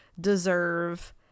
deserve